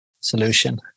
solution